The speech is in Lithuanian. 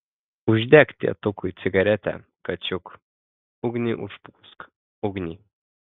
uždek tėtukui cigaretę kačiuk ugnį užpūsk ugnį